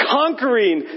conquering